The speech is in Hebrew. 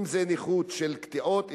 אם נכות של קטיעות,